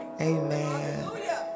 Amen